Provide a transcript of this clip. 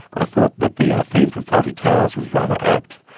ah thought that the theme from fawlty towers was rather apt.